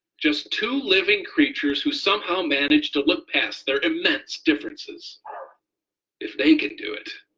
just two living creatures who somehow managed to look past their immense differences. ah if they can do it,